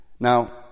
Now